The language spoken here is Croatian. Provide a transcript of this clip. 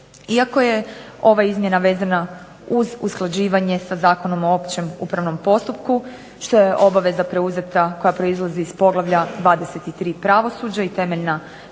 Iako je ova izmjena vezana uz usklađivanje sa Zakonom o općem upravnom postupku, što je obaveza preuzeta koja proizlazi iz poglavlja 23. pravosuđe i temeljna